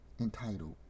entitled